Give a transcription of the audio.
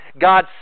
God